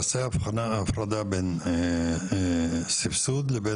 אתה יודע לעשות הפרדה בין תכנון לסבסוד?